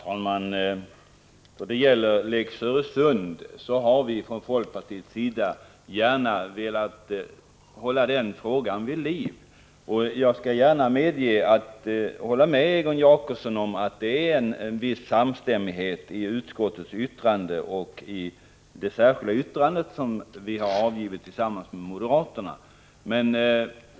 Herr talman! Då det gäller lex Öresund har vi från folkpartiets sida gärna velat hålla frågan vid liv. Jag kan medge, Egon Jacobsson, att det råder en viss samstämmighet mellan utskottets skrivning och det särskilda yttrande som vi har avgivit tillsammans med moderaterna.